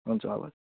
हुन्छ हवस्